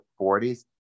40s